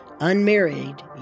unmarried